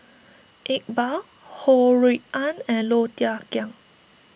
Iqbal Ho Rui An and Low Thia Khiang